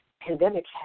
pandemic